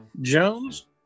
jones